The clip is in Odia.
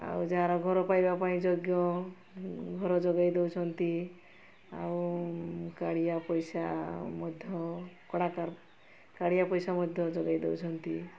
ଆଉ ଯାହାର ଘର ପାଇବା ପାଇଁ ଯୋଗ୍ୟ ଘର ଯୋଗାଇ ଦଉଛନ୍ତି ଆଉ କାଳିଆ ପଇସା ମଧ୍ୟ କାଳିଆ ପଇସା ମଧ୍ୟ ଯୋଗାଇ ଦଉଛନ୍ତି